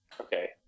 okay